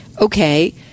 okay